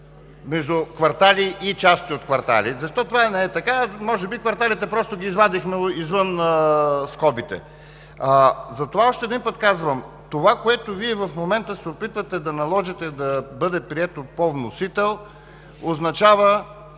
между „квартали“ и „части от квартали“. Защо това не е така? Може би кварталите просто ги извадихме извън скобите. Още веднъж казвам, това, което Вие в момента се опитвате да наложите да бъде прието по вносител, означава,